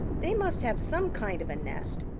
they must have some kind of a nest.